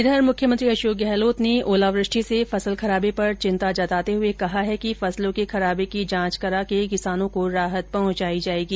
इधर मुख्यमंत्री अशोक गहलोत ने ओलावृष्टि से फसल खराबे पर चिंता जताते हुए कहा है कि फसलों के खराबे की जांच कराकर किसानों को राहत पहुंचाई जायेगी